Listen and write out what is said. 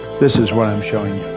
this is what i'm showing